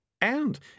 And